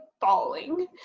falling